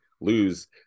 lose